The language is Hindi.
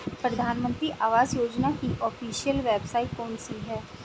प्रधानमंत्री आवास योजना की ऑफिशियल वेबसाइट कौन सी है?